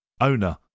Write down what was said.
Owner